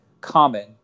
common